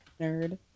Nerd